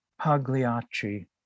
Pagliacci